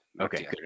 Okay